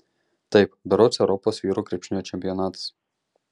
taip berods europos vyrų krepšinio čempionatas